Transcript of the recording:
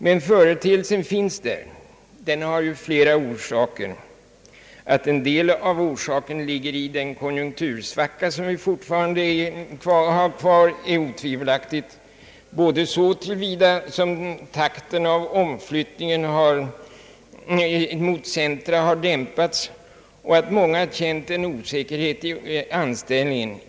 Men företeelsen finns där och har flera orsaker. Att en del av förklaringen ligger i den konjunktursvacka som vi fortfarande har kvar är otvivelaktigt, både så till vida att takten i omflyttningen till centra har dämpats och så att många känt osäkerhet i anställningen.